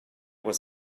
was